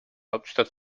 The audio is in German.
hauptstadt